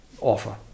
offer